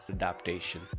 Adaptation